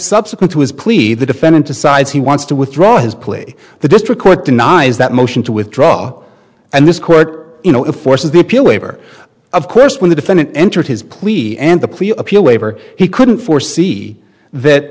subsequent to his pleas the defendant decides he wants to withdraw his plea the district court denies that motion to withdraw and this court you know it forces the appeal waiver of course when the defendant entered his plea and the appeal waiver he couldn't foresee that